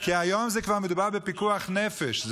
כי היום כבר מדובר בפיקוח נפש.